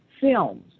films